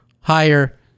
higher